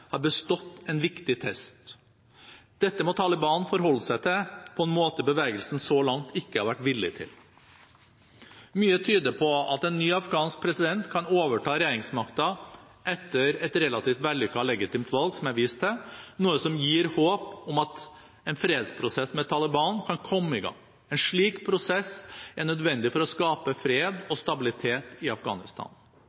har bestått en viktig test. Dette må Taliban forholde seg til på en måte bevegelsen så langt ikke har vært villig til. Mye tyder på at en ny afghansk president kan overta regjeringsmakten etter et relativt vellykket og legitimt valg, som jeg viste til, noe som gir håp om at en fredsprosess med Taliban kan komme i gang. En slik prosess er nødvendig for å skape fred